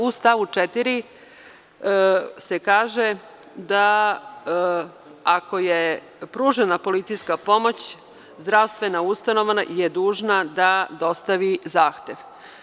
U stavu 4. se kaže da ako je pružena policijska pomoć, zdravstvena ustanova je dužna da dostavi zahtev.